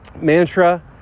mantra